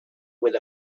with